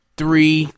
three